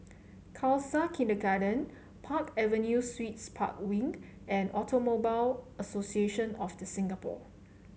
Khalsa Kindergarten Park Avenue Suites Park Wing and Automobile Association of The Singapore